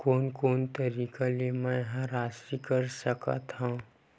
कोन कोन तरीका ले मै ह राशि कर सकथव?